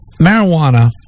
Marijuana